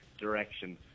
direction